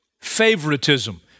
favoritism